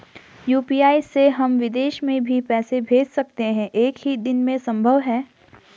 UPI से हम विदेश में भी पैसे भेज सकते हैं एक ही दिन में संभव है?